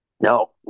No